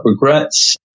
regrets